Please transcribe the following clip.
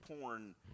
porn